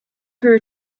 grew